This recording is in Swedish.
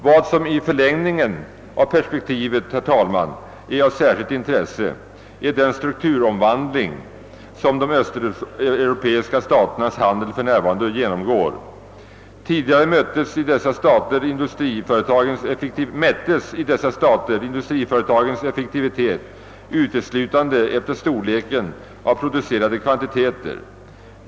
Vad som i förlängningen av perspektivet, herr talman, har särskilt intresse är den strukturomvandling, som de östeuropeiska staternas handel för närvarande genomgår. Tidigare mättes i dessa stater industriföretagens effektivitet uteslutande efter storleken av producerade kvantiteter.